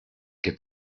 que